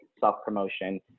self-promotion